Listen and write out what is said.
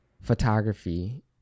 photography